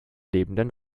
lebenden